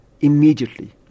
Immediately